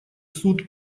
суд